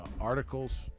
articles